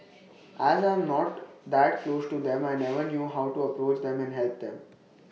as I'm not that close to them I never knew how to approach them and help them